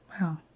wow